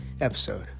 episode